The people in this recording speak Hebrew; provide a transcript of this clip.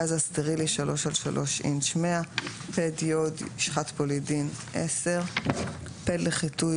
גזה סטרילי 3x3 אינטש 100 פד יוד/ יוד/ משחת פולידין 10 פד לחיטוי